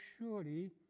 surely